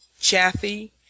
Chaffee